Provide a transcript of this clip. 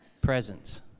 Presence